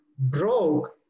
broke